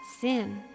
sin